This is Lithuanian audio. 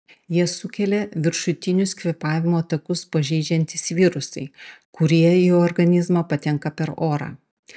ją sukelia viršutinius kvėpavimo takus pažeidžiantys virusai kurie į organizmą patenka per orą